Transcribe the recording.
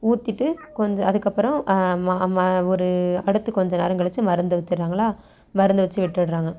ஊற்றிட்டு கொஞ்ச அதுக்கப்புறம் ம ஒரு அடுத்து கொஞ்ச நேரம் கழிச்சி மருந்தை ஊத்திடுறாங்களா மருந்தை வச்சு விட்டுடுறாங்க